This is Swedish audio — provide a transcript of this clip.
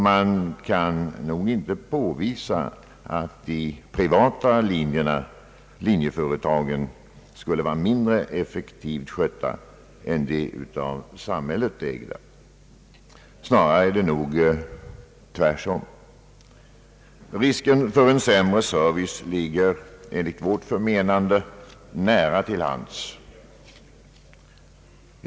Man kan nog inte påvisa att de privata linjeföretagen skulle vara mindre effektivt skötta än de av samhället ägda. Snarare är det tvärtom. Risken för en sämre service är enligt vårt förmenande tämligen stor.